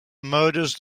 murders